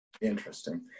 Interesting